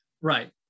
Right